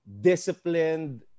disciplined